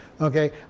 Okay